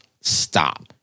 Stop